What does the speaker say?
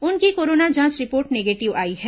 उनकी कोरोना जांच report negative आई है